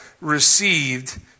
received